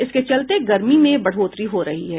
इसके चलते गर्मी में बढ़ोतरी हो रही है